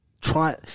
try